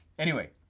anyway,